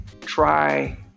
try